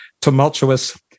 tumultuous